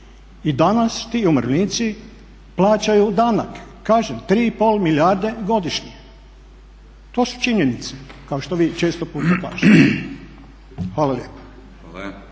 I danas ti umirovljenici plaćaju danak, kažem 3 i pol milijarde godišnje. To su činjenice kao što vi često puta kažete. Hvala lijepa.